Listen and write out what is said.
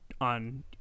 on